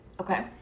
Okay